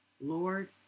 Lord